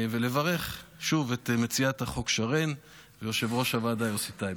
ולברך שוב את מציעת החוק שרן ואת יושב-ראש הוועדה יוסי טייב.